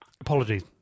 Apologies